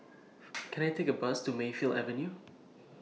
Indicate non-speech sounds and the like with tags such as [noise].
[noise] Can I Take A Bus to Mayfield Avenue